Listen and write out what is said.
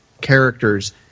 characters